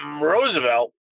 Roosevelt